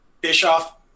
Bischoff